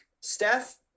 Steph